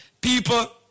People